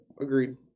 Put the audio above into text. Agreed